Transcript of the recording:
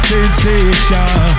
Sensation